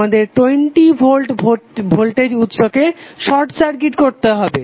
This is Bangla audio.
আমাদের 20 ভোল্ট ভোল্টেজ উৎসকে শর্ট সার্কিট করতে হবে